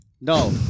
No